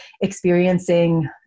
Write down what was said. experiencing